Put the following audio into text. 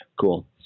cool